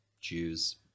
Jews